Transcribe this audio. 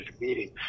meeting